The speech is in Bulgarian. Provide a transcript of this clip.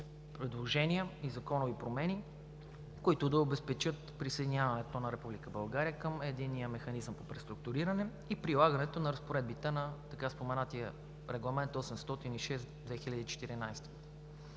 предложения и законови промени, които да обезпечат присъединяването на Република България към Единния механизъм по преструктуриране и прилагането на разпоредбите на така споменатия Регламент № 806/2014.